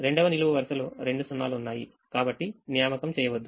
రెండవ నిలువు వరుసలో రెండు 0 లు ఉన్నాయి కాబట్టి నియామకం చేయవద్దు